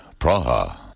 Praha